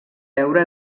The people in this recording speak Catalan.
veure